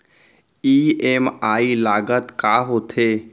EMI लागत का होथे?